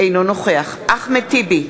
אינו נוכח אחמד טיבי,